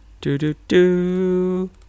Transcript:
...do-do-do